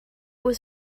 was